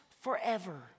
forever